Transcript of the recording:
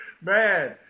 Man